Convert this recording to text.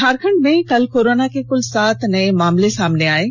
झारखंड में कल कोरोना के कुल सात नये मामले सामने आए हैं